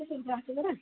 ସେ ସୁବିଧା ଅଛି ପରା